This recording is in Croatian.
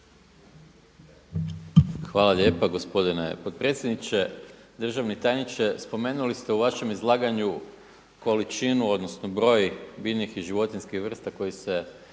Hvala lijepa gospodine potpredsjedniče. Državni tajniče, spomenuli ste u vašem izlaganju količinu, odnosno broj biljnih i životinjskih vrsta koji se